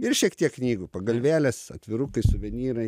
ir šiek tiek knygų pagalvėlės atvirukai suvenyrai